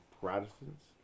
Protestants